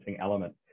element